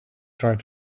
tried